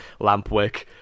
lampwick